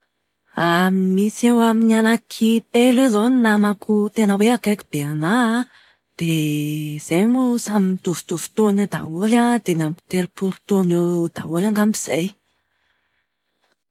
Misy eo amin'ny anaky telo eo izao ny namako tena akaiky be anahy an, dia izay moa samy mitovitovy taona eo daholo an ,dimy amby telopolo taona eo daholo angamba zahay.